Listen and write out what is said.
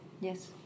Yes